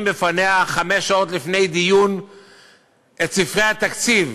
בפניה חמש שעות לפני דיון את ספרי התקציב,